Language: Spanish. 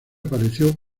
apareció